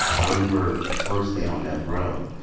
ah remember first day on death row.